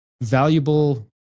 valuable